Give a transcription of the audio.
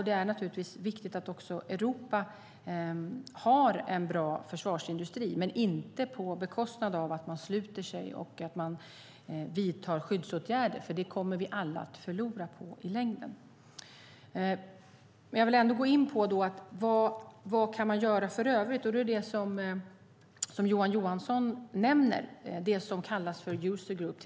Det är naturligtvis viktigt att Europa har en bra försvarsindustri, men inte på bekostnad av att man sluter sig och att man vidtar skyddsåtgärder, för det kommer vi alla att förlora på i längden. Jag vill ändå gå in på vad man kan göra för övrigt. Johan Johansson nämner det som kallas user group.